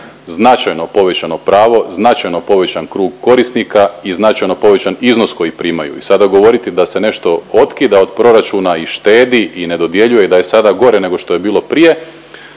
značajno povećano pravo, značajno povećan krug korisnika i značajno povećan iznos koji primaju i sada govoriti da se nešto otkida od proračuna i štedi i ne dodjeljuje, da je sada gore nego što je bilo prije